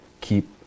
keep